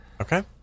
Okay